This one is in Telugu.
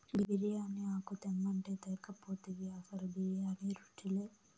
బిర్యానీ ఆకు తెమ్మంటే తేక పోతివి అసలు బిర్యానీ రుచిలే